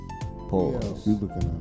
Pause